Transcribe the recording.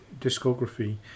discography